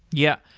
yeah.